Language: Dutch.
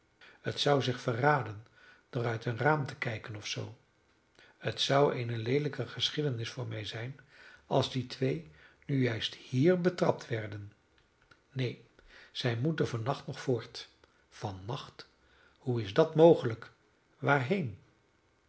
het zou zich verraden door uit een raam te kijken of zoo het zou eene leelijke geschiedenis voor mij zijn als die twee nu juist hier betrapt werden neen zij moeten van nacht nog voort van nacht hoe is dat mogelijk waarheen